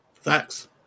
Thanks